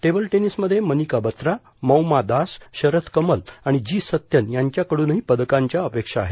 table टेनिसमध्ये मनिका बत्रा मौमा दास शरथ कमल आणि G Sathiyan यांच्याकडूनही पदकांच्या अपेक्षा आहेत